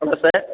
hello sir